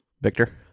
Victor